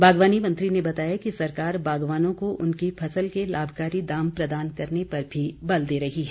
बागवानी मंत्री ने बताया कि सरकार बागवानों को उनकी फसल के लाभकारी दाम प्रदान करने पर भी बल दे रही है